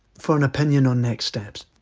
for an opinion on next steps.